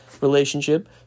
relationship